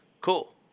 cool